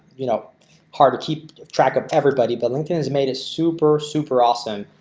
you know hard to keep track of everybody but lincoln is made as super super awesome.